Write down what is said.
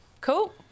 cool